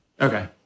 Okay